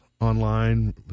online